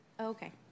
Okay